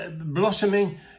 blossoming